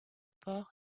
port